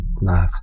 Love